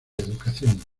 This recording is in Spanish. educación